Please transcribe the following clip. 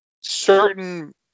certain